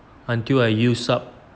until I use up